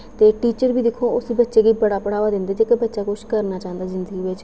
ते टीचर बी दिक्खो उस बच्चे गी बड़ा बढ़ावा दिंदे जेकर बच्चा कुछ करना चांह्दा जिंदगी बिच्च